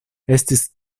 estis